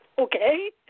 Okay